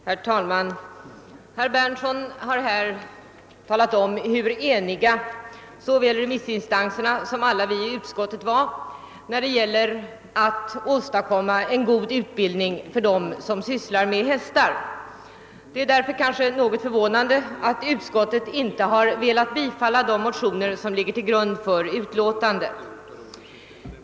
Herr talman! Herr Berndtsson har talat om hur eniga såväl remissinstanserna som alla vi i utskottet är då det gäller att åstadkomma en god utbild ning för dem som sysslar med hästar. Det är därför kanske något förvånande att utskottet inte har velat bifalla de motioner som ligger till grund för utlåtandet.